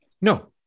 No